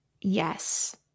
Yes